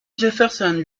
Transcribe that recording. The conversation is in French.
jefferson